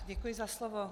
Děkuji za slovo.